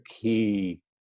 key